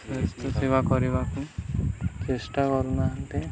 ସ୍ୱାସ୍ଥ୍ୟସେବା କରିବାକୁ ଚେଷ୍ଟା କରୁନାହାଁନ୍ତି